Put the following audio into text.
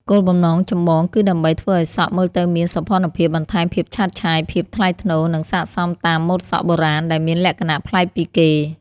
គោលបំណងចម្បងគឺដើម្បីធ្វើឱ្យសក់មើលទៅមាន សោភ័ណភាព បន្ថែមភាពឆើតឆាយ ភាពថ្លៃថ្នូរ និងស័ក្តិសមតាម ម៉ូដសក់បុរាណ ដែលមានលក្ខណៈប្លែកពីគេ។